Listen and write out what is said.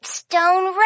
stone